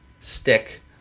stick